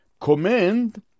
command